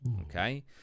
okay